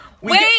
Wait